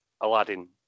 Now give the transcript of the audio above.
Aladdin